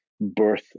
birth